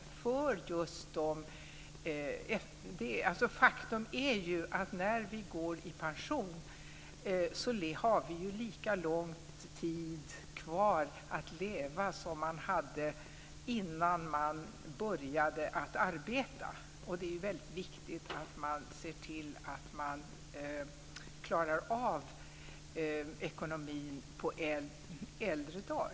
Faktum är ju att vi när vi går i pension har lika lång tid kvar att leva som tiden innan vi började arbeta. Det är alltså väldigt viktigt att se till att man klarar ekonomin på äldre dar.